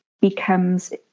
becomes